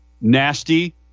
nasty